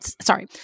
sorry